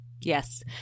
Yes